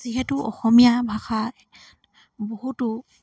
যিহেতু অসমীয়া ভাষাত বহুতো